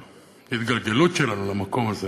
ההתגלגלות שלנו למקום הזה